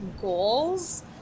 goals